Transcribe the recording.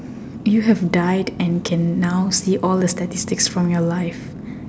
you have died and can now see all the statistics in your life